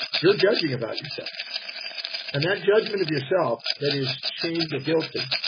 you're judging about yourself and that judgment of yourself that is shamed or guilted,